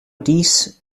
dies